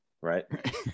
right